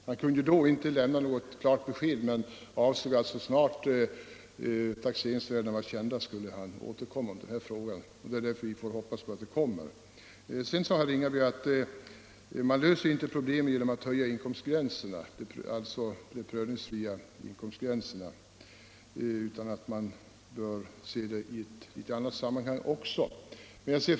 Han kunde den gången inte lämna klart besked, men avsåg att återkomma så snart taxeringsvärdena var kända. Därför får vi hoppas att det kommer något förslag. Sedan sade herr Ringaby att man inte löser problemen genom att höja inkomstprövningsgränserna utan att man bör se problemet i ett annat sammanhang också.